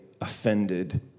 offended